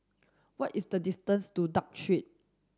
what is the distance to Duke Street